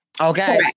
Okay